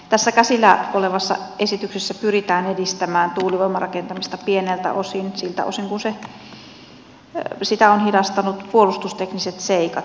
tässä käsillä olevassa esityksessä pyritään edistämään tuulivoimarakentamista pieneltä osin siltä osin kuin sitä ovat hidastaneet puolustustekniset seikat